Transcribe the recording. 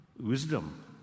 wisdom